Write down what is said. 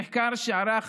במחקר שערך